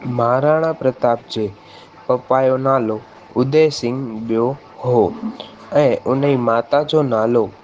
महाराणा प्रताप जे पपा जो नालो उदयसिंह ॿियो हो ऐं उनजी माता जो नालो